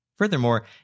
Furthermore